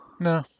no